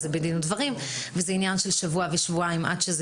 שזה בדין ודברים וזה עניין של שבוע ושבועיים עד שזה